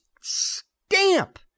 stamp